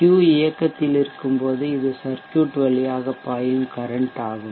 Q இயக்கத்தில் இருக்கும்போது இது சர்க்யூட் வழியாக பாயும் கரன்ட் ஆகும்